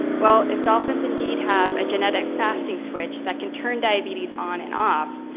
well, if dolphins indeed have a genetic fasting switch that can turn diabetes on and off,